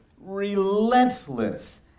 relentless